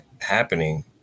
happening